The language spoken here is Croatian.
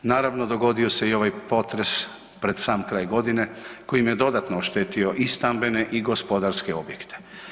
Naravno dogodio se i ovaj potres pred sam kraj godine koji im je dodatno oštetio i stambene i gospodarske objekte.